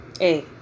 hey